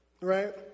Right